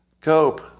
Cope